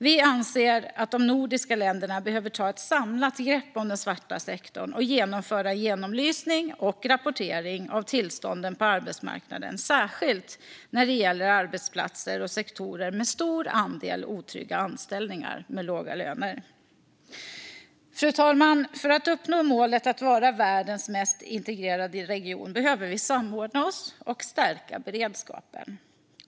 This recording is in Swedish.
Vi anser att de nordiska länderna behöver ta ett samlat grepp om den svarta sektorn och genomföra en genomlysning och rapportering av tillstånden på arbetsmarknaden, särskilt när det gäller arbetsplatser och sektorer med en stor andel otrygga anställningar med låga löner. Fru talman! För att uppnå målet att vara världens mest integrerade region behöver vi samordna oss och stärka beredskapen.